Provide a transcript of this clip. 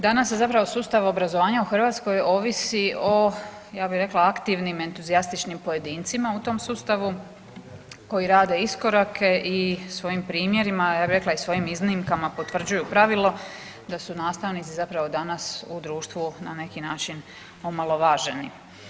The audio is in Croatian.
Danas zapravo sustav obrazovanja u Hrvatskoj ovisi o ja bih rekla aktivnim entuzijastičnim pojedincima u tom sustavu koji rade iskorake i svojim primjerima ja bi rekla i svojim iznimkama potvrđuju pravilo da su nastavnici zapravo danas u društvu na neki način omalovaženi.